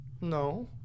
No